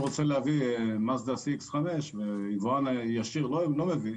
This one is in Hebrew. רוצה להביא מזדה CX5 ויבואן ישיר לא מביא,